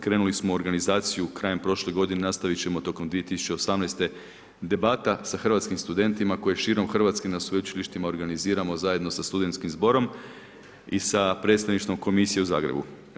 Krenuli smo u organizaciju krajem prošle godine, nastavit ćemo tokom 2018., debata sa hrvatskim studentima koji širom Hrvatske na sveučilištima organiziramo zajedno sa studentskim zborom i sa predstavništvom komisije u Zagrebu.